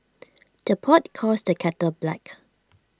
the pot calls the kettle black